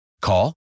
Call